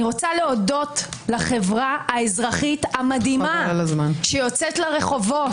אני רוצה להודות לחברה האזרחית המדהימה שיוצאת לרחובות,